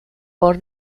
por